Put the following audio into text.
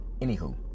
Anywho